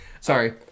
Sorry